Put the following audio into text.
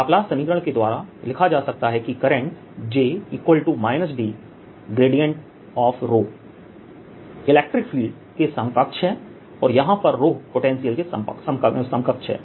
Laplace समीकरण के द्वारा लिखा जा सकता है की current J D electric field के समकक्ष है और यहां पर रो पोटेंशियल के समकक्ष है